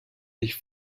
sich